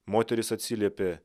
moteris atsiliepė